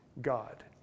God